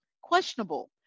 Questionable